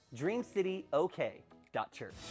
DreamCityOK.Church